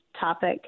topic